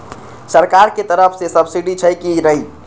सरकार के तरफ से सब्सीडी छै कि नहिं?